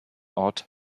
ort